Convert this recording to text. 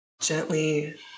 gently